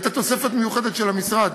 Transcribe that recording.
והייתה תוספת מיוחדת של המשרד.